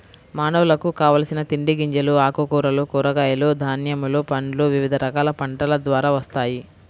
మానవులకు కావలసిన తిండి గింజలు, ఆకుకూరలు, కూరగాయలు, ధాన్యములు, పండ్లు వివిధ రకాల పంటల ద్వారా వస్తాయి